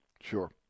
Sure